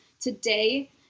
today